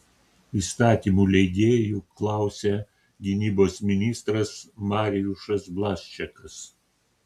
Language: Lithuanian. įstatymų leidėjų klausė gynybos ministras mariušas blaščakas